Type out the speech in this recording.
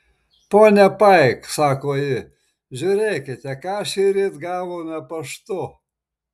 ponia paik sako ji žiūrėkite ką šįryt gavome paštu